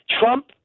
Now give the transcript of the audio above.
Trump